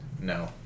No